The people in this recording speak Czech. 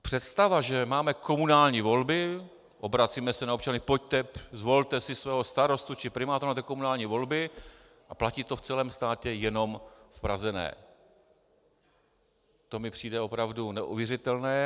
Představa, že máme komunální volby, obracíme se na občany: pojďte, zvolte si svého starostu či primátora, máte komunální volby, a platí to v celém státě, jenom v Praze ne, to mi přijde opravdu neuvěřitelné.